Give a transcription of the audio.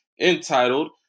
entitled